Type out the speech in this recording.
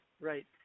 Right